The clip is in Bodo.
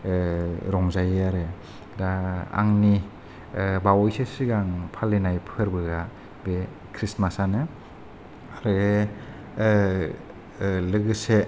रंजायो आरो दा आंनि बावयैसो सिगां फालिनाय फोरबोआ बे ख्रिसमास्ट आनो आरो लोगोसे